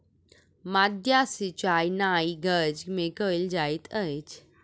माद्दा सिचाई नाइ गज में कयल जाइत अछि